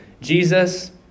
Jesus